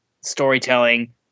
storytelling